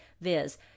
viz